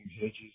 hedges